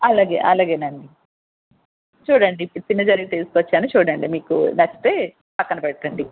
అలాగే అలాగేనండి చూడండి చిన్న జారీ తీస్కొచ్చాను చూడండి మీకు నచ్చితే పక్కన పెట్టండి